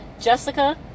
Jessica